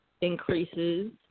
increases